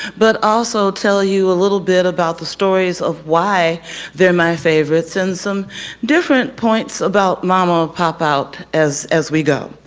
but also tell you a little bit about the stories of why they're my favorites. and some different points about mom will pop out as as we go.